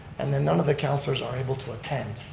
and then none of the counselors are able to attend,